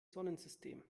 sonnensystem